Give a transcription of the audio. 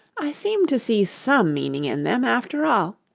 i seem to see some meaning in them, after all.